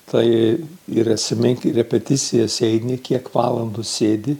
tai ir atsimink repeticijas eini kiek valandų sėdi